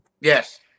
Yes